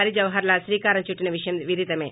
హరి జవహర్ లాల్ శ్రీకారం చుట్టిన విషయం విదితమే